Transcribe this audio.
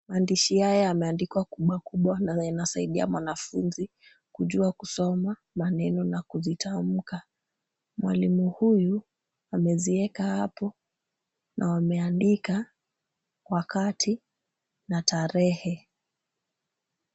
Maandishi haya yameandikwa kubwa kubwa na yanasaidia mwanafunzi kujua kusoma maneno na kuzitamka. Mwalimu huyu amezieka hapo na wameandika wakati na tarehe.